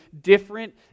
different